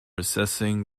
assessing